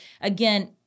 again